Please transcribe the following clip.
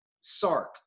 Sark